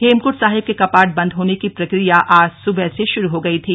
हेमकंड साहिब के कपाट बंद होने की प्रक्रिया आज सुबह से शुरू हो गई थी